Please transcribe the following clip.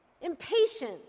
impatient